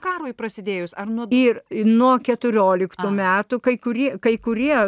karui prasidėjus ar nuogi ir nuo keturioliktų metų kai kurie kai kurie